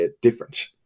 different